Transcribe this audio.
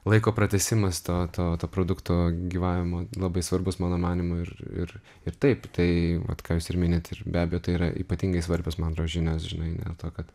laiko pratęsimas to to to produkto gyvavimo labai svarbus mano manymu ir ir ir taip tai vat ką jūs ir minit ir be abejo tai yra ypatingai svarbios man atrodo žinios žinai dėl to kad